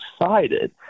excited